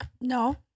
No